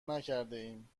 نکردهایم